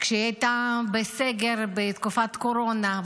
כשהיא הייתה בסגר בתקופת הקורונה,